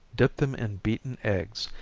dip them in beaten eggs,